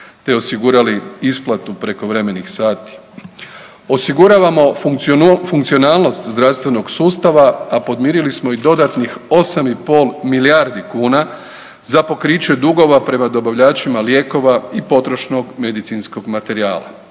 te osigurali isplatu prekovremenih sati. Osiguravamo funkcionalnost zdravstvenog sustava, a podmirili smo i dodatnih 8,5 milijardi kuna za pokriće dugova prema dobavljačima lijekova i potrošnog medicinskog materijala,